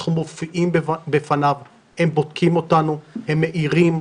אנחנו מופיעים בפניו, הם בודקים אותנו, הם מעירים.